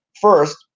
First